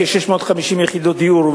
650 יחידות דיור,